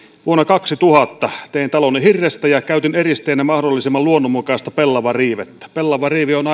vuonna kaksituhatta tein taloni hirrestä ja käytin eristeenä mahdollisimman luonnonmukaista pellavarivettä pellavarive on